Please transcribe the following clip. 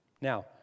Now